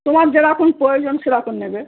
তোমার যেরকম প্রয়োজন সেরকম নেবে